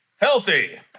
Healthy